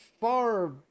far